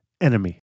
enemy